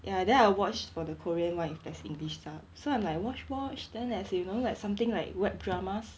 ya then I'll watch for the korean one if there's english sub so I'm like watch watch then as if you know like something like web dramas